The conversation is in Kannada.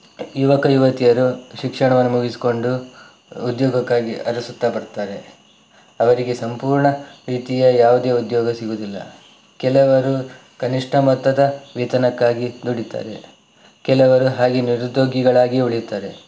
ಯುವಕ ಯುವತಿಯರು ಶಿಕ್ಷಣವನ್ನು ಮುಗಿಸಿಕೊಂಡು ಉದ್ಯೋಗಕ್ಕಾಗಿ ಅರಸುತ್ತ ಬರ್ತಾರೆ ಅವರಿಗೆ ಸಂಪೂರ್ಣ ರೀತಿಯ ಯಾವುದೇ ಉದ್ಯೋಗ ಸಿಗುವುದಿಲ್ಲ ಕೆಲವರು ಕನಿಷ್ಠ ಮೊತ್ತದ ವೇತನಕ್ಕಾಗಿ ದುಡಿತಾರೆ ಕೆಲವರು ಹಾಗೆ ನಿರುದ್ಯೋಗಿಗಳಾಗಿಯೇ ಉಳಿತಾರೆ